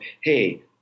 hey